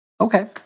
Okay